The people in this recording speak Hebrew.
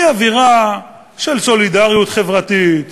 היא אווירה של סולידריות חברתית,